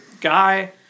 guy